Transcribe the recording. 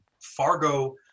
Fargo